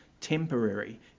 temporary